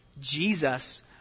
Jesus